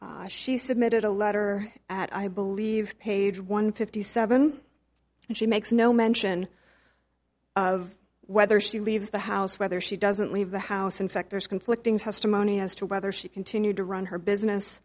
all she submitted a letter at i believe page one fifty seven and she makes no mention of whether she leaves the house whether she doesn't leave the house in fact there's conflicting testimony as to whether she continued to run her business